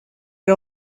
era